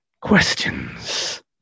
questions